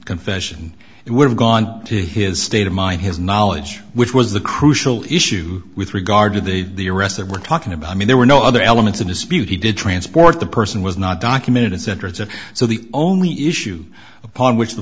confession it would have gone to his state of mind his knowledge which was the crucial issue with regard to the the arrest that we're talking about i mean there were no other elements in dispute he did transport the person was not documented as entrance and so the only issue upon which the